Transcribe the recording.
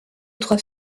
trois